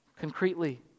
concretely